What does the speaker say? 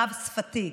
רב-שפתי,